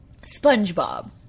Spongebob